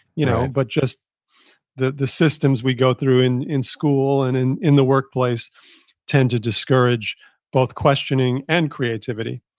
you know but just the the systems we go through in in school and in in the workplace tend to discourage both questioning and creativity.